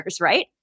Right